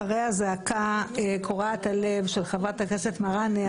אחרי הזעקה קורעת הלב של חברת הכנסת מראענה,